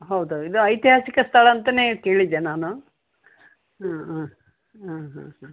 ಹೌದು ಇದು ಐತಿಹಾಸಿಕ ಸ್ಥಳ ಅಂತಾನೇ ಕೇಳಿದ್ದೆ ನಾನು ಹಾಂ ಹಾಂ ಹಾಂ ಹಾಂ ಹಾಂ